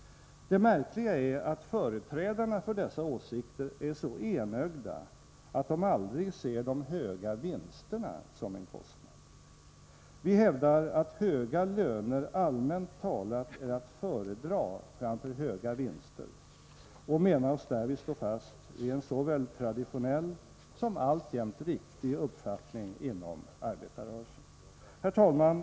Det märkliga är att företrädarna för dessa åsikter är så enögda att de aldrig ser de höga vinsterna som en kostnad. Vi hävdar att höga löner allmänt talat är att föredra framför höga vinster och menar oss därvid stå fast vid en såväl traditionell som alltjämt riktig uppfattning inom arbetarrörelsen. Fru talman!